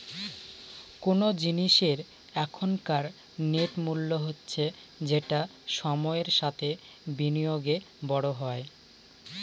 কোন জিনিসের এখনকার নেট মূল্য হচ্ছে যেটা সময়ের সাথে ও বিনিয়োগে বড়ো হয়